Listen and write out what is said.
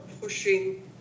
pushing